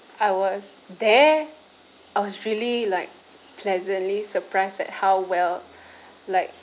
I was there I was really like pleasantly surprised at how well like